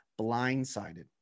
blindsided